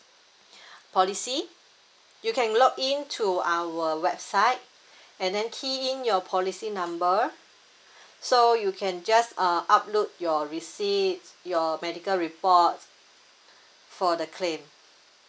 policy you can log in to our website and then key in your policy number so you can just uh upload your receipt your medical report for the claim